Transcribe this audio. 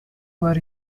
were